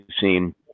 seen